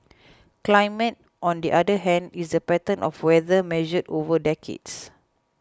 climate on the other hand is the pattern of weather measured over decades